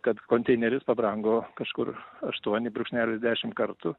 kad konteineris pabrango kažkur aštuoni brūkšnelis dešim kartų